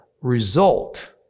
result